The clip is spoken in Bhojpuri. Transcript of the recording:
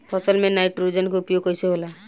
फसल में नाइट्रोजन के उपयोग कइसे होला?